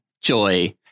Joy